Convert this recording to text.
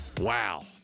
Wow